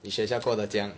你学校过得怎么样